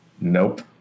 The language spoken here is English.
Nope